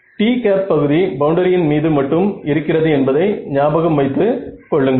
t பகுதி பவுண்டரியின் மீது மட்டும் இருக்கிறது என்பதை ஞாபகம் வைத்து கொள்ளுங்கள்